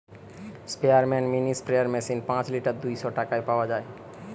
স্পেয়ারম্যান mini sprayer machine পাঁচ litre দুইশ টাকায় পাওয়া যায়